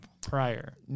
prior